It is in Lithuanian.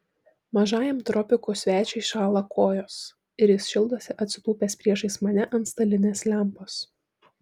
mažajam tropikų svečiui šąla kojos ir jis šildosi atsitūpęs priešais mane ant stalinės lempos